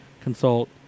consult